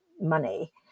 money